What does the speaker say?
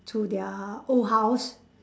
to their old house